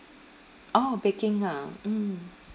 orh baking ha mm